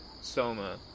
soma